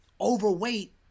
overweight